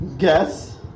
Guess